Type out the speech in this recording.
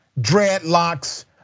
dreadlocks